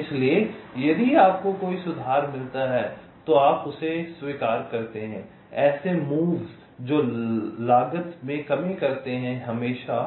इसलिए यदि आपको कोई सुधार मिलता है तो आप उसे स्वीकार करते हैं ऐसे मूव्स जो लागत में कमी करते हैं हमेशा